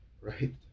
right